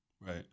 Right